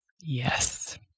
Yes